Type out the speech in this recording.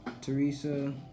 Teresa